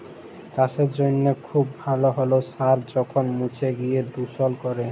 চাসের জনহে খুব ভাল হ্যলেও সার যখল মুছে গিয় দুষল ক্যরে